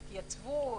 יתייצבו,